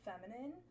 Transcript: feminine